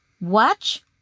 watch